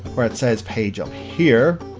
where it says page up here,